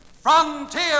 Frontier